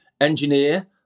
engineer